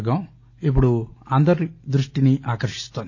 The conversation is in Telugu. వర్గం ఇప్పుడు అందరి దృష్టిని ఆకర్షిస్తోంది